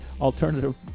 alternative